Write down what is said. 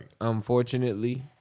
Unfortunately